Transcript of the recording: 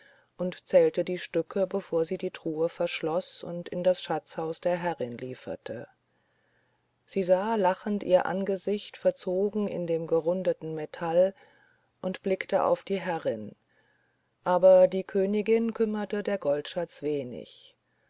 und zählte die stücke bevor sie die truhe verschloß und in das schatzhaus der herrin lieferte sie sah lachend ihr angesicht verzogen in dem gerundeten metall und blickte auf die herrin aber die königin kümmerte der goldschatz wenig